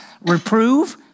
Reprove